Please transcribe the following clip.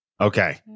okay